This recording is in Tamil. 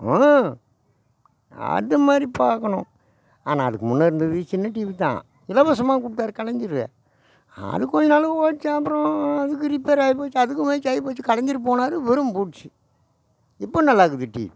அது மாதிரி பார்க்கணும் ஆனால் அதுக்கு முன்ன இருந்தது சின்ன டிவி தான் இலவசமாக கொடுத்தாரு கலைஞர் அது கொஞ்சம் நாள் ஓடுச்சி அப்புறோம் அதுக்கும் ரிப்பேராயி போச்சுஅதுக்கும் வயசாகி போச்சு கலைஞர் போனார் இவரும் பூட்ச்சி இப்போ நல்லாருக்குது டிவி